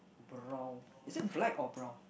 brown is it black or brown